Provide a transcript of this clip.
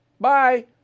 Bye